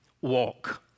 walk